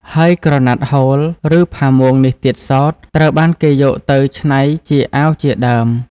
ហើយក្រណាត់ហូល ឬផាមួងនេះទៀតសោត ត្រូវបានគេយកទៅច្នៃជាអាវជាដើម។